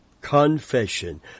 confession